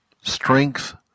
Strength